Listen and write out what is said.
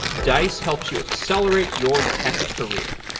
dice helps you accelerate your tech career.